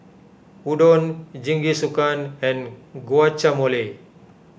Udon Jingisukan and Guacamole